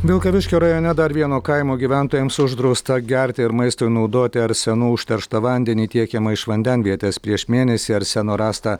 vilkaviškio rajone dar vieno kaimo gyventojams uždrausta gerti ir maistui naudoti arsenu užterštą vandenį tiekiamą iš vandenvietės prieš mėnesį arseno rasta